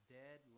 dead